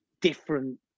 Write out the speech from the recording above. different